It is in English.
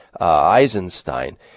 eisenstein